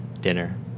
dinner